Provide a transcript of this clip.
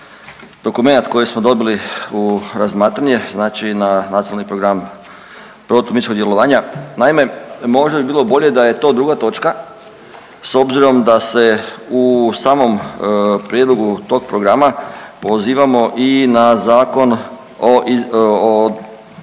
dokumenat koji smo dobili u razmatranje, znači na Nacionalni program protuminskog djelovanja. Naime, možda bi bilo bolje da je to druga točka s obzirom da se u samom prijedlogu tog Programa pozivamo i na Zakon o protuminskom